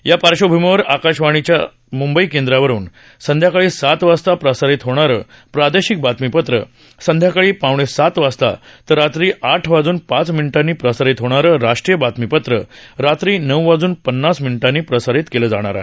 या पार्श्वभूमीवर आकाशवाणीच्या मुंबई केंद्रावरुन संध्याकाळी सात वाजता प्रसारित होणारं प्रादेशिक बातमीपत्र संध्याकाळी पावणेसात वाजता तर रात्री आठ वाजून पाच मिनिटांनी प्रसारित होणारं राष्ट्रीय मराठी बातमीपत्र रात्री नऊ वाजुन पन्नास मिनिटांनी प्रसारित केलं जाणार आहे